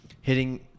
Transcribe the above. hitting